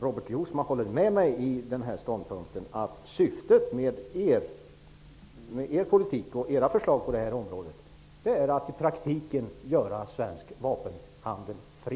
Robert Jousma håller med mig om att syftet med er politik och era förslag på detta område är att i praktiken göra svensk vapenhandel fri.